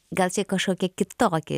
gal čia kažkokia kitokia